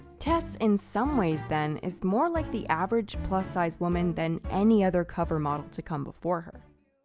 tess, in some ways then is more like the average plus-size woman than any other cover model to come before her.